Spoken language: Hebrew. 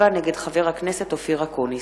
יוליה שמאלוב-ברקוביץ,